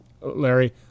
Larry